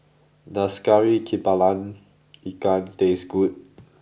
does Kari Kepala Ikan taste good